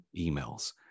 emails